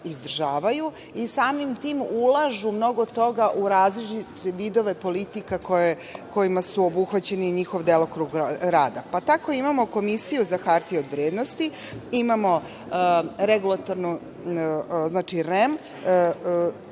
izdržavaju i samim tim ulažu mnogo toga u različite vidove politika kojima je obuhvaćen njihov delokrug rada. Tako imamo Komisiju za hartije od vrednosti, imamo REM